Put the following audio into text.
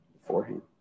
beforehand